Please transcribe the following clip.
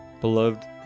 Beloved